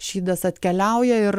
šydas atkeliauja ir